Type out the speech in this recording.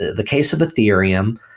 the case of ethereum,